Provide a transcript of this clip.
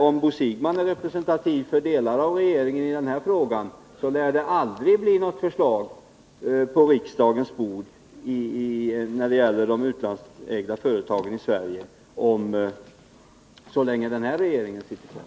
Om Bo Siegbahn är representativ för delar av regeringen i den här frågan, så lär det aldrig — så länge den här regeringen sitter - komma något förslag på riksdagens bord om de utlandsägda företagen i Sverige.